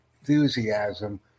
enthusiasm